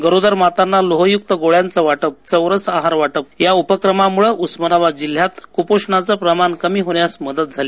गरोदरमातांनालोहयुक्तगोळ्यांचवाटप चौरसआहारवाटपयाउपक्रमामुळंउस्मानाबादजिल्ह्यातक्पोषनाचप्रमाणकमीहोण्यासमदतझाली